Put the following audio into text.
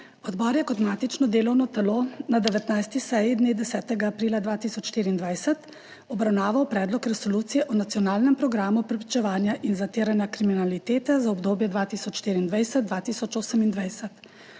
Odbor je kot matično delovno telo na 19. seji dne 10. aprila 2024 obravnaval Predlog resolucije o nacionalnem programu preprečevanja in zatiranja kriminalitete za obdobje 2024–2028.